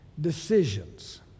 decisions